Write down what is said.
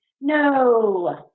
No